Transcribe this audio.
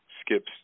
Skip's